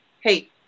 Hey